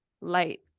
light